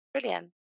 Brilliant